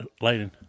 lighting